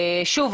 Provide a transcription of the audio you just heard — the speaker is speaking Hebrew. שוב,